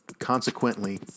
Consequently